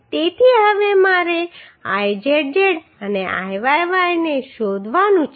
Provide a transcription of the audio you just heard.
તેથી હવે મારે Izz અને Iyy ને શોધવાનું છે